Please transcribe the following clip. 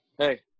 Hey